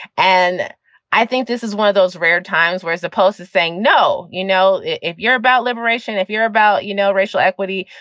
and i think this is one of those rare times where as opposed to saying no, you know, if you're about liberacion, if you're about, you know, racial equity,